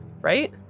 Right